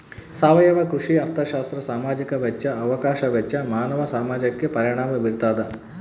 ಸಾವಯವ ಕೃಷಿ ಅರ್ಥಶಾಸ್ತ್ರ ಸಾಮಾಜಿಕ ವೆಚ್ಚ ಅವಕಾಶ ವೆಚ್ಚ ಮಾನವ ಸಮಾಜಕ್ಕೆ ಪರಿಣಾಮ ಬೀರ್ತಾದ